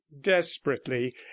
desperately